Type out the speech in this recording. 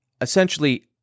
essentially